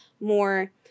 more